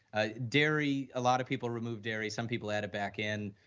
ah diary, a lot of people remove diary, some people had a backend,